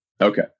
Okay